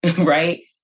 right